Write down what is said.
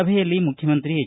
ಸಭೆಯಲ್ಲಿ ಮುಖ್ಯಮಂತ್ರಿ ಹೆಚ್